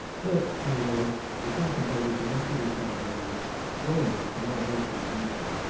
if, in a word, we contemplated the untutored caledonians, glowing with the warm virtues of nature,